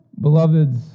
Beloveds